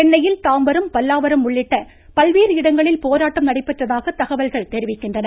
சென்னையில் தாம்பரம் பல்லாவரம் உள்ளிட்ட பல்வேறு இடங்களில் போராட்டம் நடைபெற்றதாக தகவல்கள் தெரிவிக்கின்றன